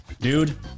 dude